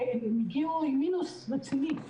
הם הגיעו עם מינוס רציני,